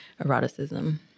eroticism